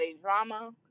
drama